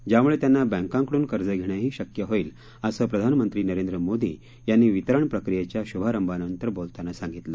ज्यामुळे त्यांना बँकांकडून कर्ज घेणंही शक्य होईल असं प्रधानमंत्री नरेंद्र मोदी यांनी वितरण प्रक्रियेच्या शुभारंभानंतर बोलताना सांगितलं